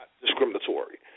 discriminatory